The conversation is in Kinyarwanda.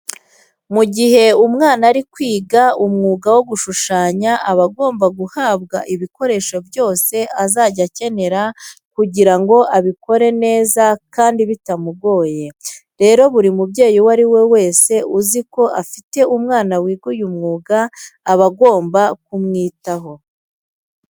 Mu gihe umwana ari kwiga umwuga wo gushushanya aba agomba guhabwa ibikoresho byose azajya akenera kugira ngo abikore neza kandi bitamugoye. Rero buri mubyeyi uwo ari we wese uzi ko afite umwana wiga uyu mwuga aba agomba kumwitaho.